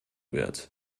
wird